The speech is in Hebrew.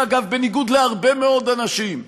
שאגב, בניגוד להרבה מאוד אנשים,